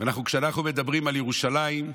וכשאנחנו מדברים על ירושלים,